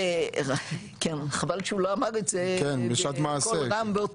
בוודאי, חבל שהוא לא אמר את זה בקול רם.